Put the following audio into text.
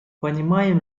понимаем